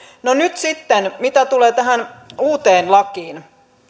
mitä nyt tulee tähän uuteen lakiin